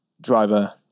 driver